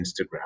Instagram